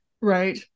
Right